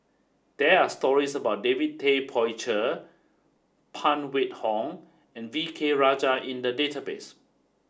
there are stories about David Tay Poey Cher Phan Wait Hong and V K Rajah in the database